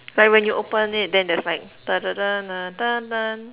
like when you open it then there's like